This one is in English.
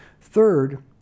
Third